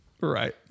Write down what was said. right